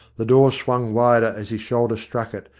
the door swung wider as his shoulder struck it,